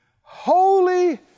holy